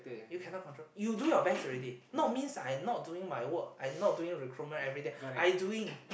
you cannot control you do your best already not means I not doing my work I not doing recruitment everyday I doing